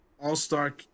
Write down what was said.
all-star